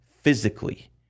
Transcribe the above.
physically